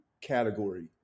category